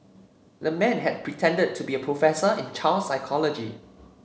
the man had pretended to be a professor in child psychology